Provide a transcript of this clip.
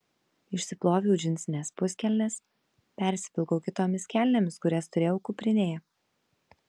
išsiploviau džinsines puskelnes persivilkau kitomis kelnėmis kurias turėjau kuprinėje